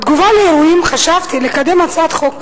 בתגובה לאירועים חשבתי לקדם הצעת חוק,